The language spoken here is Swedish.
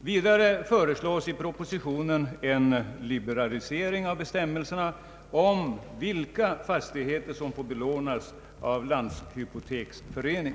Vidare föreslås i propositionen en liberalisering av bestämmelserna om vilka fastigheter som får belånas av landshypoteksförening.